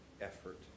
effort